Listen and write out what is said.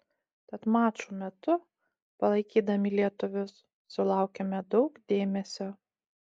tad mačų metu palaikydami lietuvius sulaukėme daug dėmesio